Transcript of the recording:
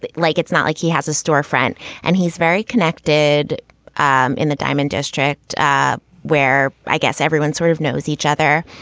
like it's not like he has a storefront and he's very connected um in the diamond district where i guess everyone sort of knows each other.